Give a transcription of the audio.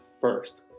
first